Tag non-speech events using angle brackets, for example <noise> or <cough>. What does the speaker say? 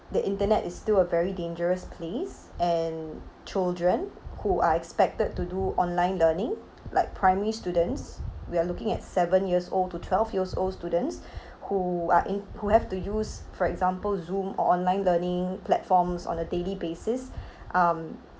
the internet is still a very dangerous place and children who are expected to do online learning like primary students we're looking at seven years old to twelve years old students <breath> who are in who have to use for example zoom or online learning platforms on a daily basis <breath> um